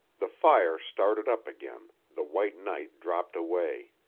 the fire started up again, the white night dropped away,